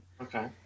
Okay